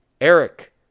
Eric